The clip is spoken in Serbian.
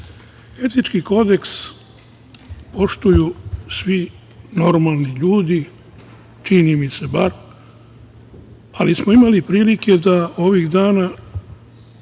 kodeks poštuju svi normalni ljudi, čini mi se bar, ali smo imali prilike da ovih dana